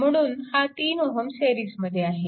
म्हणून हा 3 Ω सिरीजमध्ये आहे